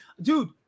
dude